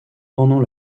pendant